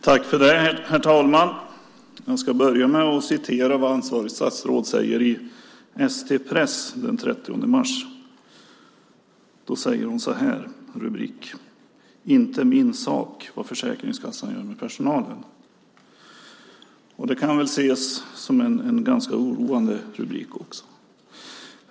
Herr talman! Jag ska börja med att citera vad ansvarigt statsråd säger i ST Press den 30 mars. Rubrik: "Inte min sak vad Försäkringskassan gör med personalen". Det kan ses som en ganska oroande rubrik.